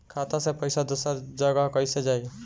खाता से पैसा दूसर जगह कईसे जाई?